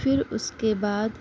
پھر اس کے بعد